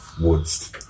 woods